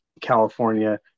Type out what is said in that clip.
California